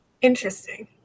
Interesting